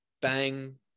bang